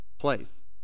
place